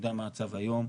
אני יודע מה המצב היום.